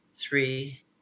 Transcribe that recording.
Three